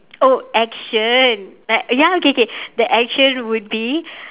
oh action like ya okay K the action would be